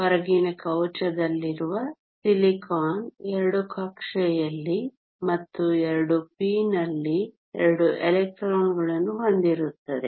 ಹೊರಗಿನ ಕವಚದಲ್ಲಿರುವ ಸಿಲಿಕಾನ್ ಎರಡು ಕಕ್ಷೆಯಲ್ಲಿ ಮತ್ತು ಎರಡು p ನಲ್ಲಿ ಎರಡು ಎಲೆಕ್ಟ್ರಾನ್ಗಳನ್ನು ಹೊಂದಿರುತ್ತದೆ